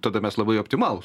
tada mes labai optimalūs